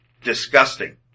Disgusting